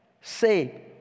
say